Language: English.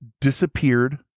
disappeared